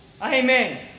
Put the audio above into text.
Amen